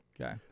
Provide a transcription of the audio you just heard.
Okay